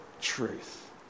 truth